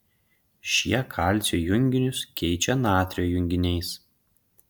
šie kalcio junginius keičia natrio junginiais